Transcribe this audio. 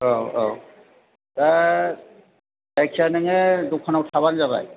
औ औ दा जायखिया नोङो दखानाव थाब्लानो जाबाय